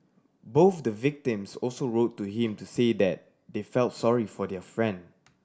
both the victims also wrote to him to say that they felt sorry for their friend